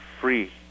free